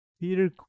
Peter